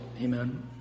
Amen